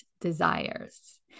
desires